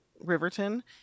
Riverton